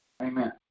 Amen